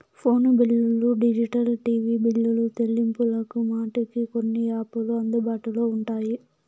phone బిల్లులు digital TV బిల్లులు సెల్లింపులకు మటికి కొన్ని యాపులు అందుబాటులో ఉంటాయి